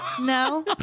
No